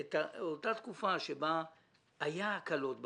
את אותה תקופה שבה היו הקלות ברגולציה,